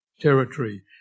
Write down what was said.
territory